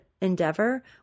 endeavor